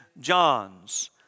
John's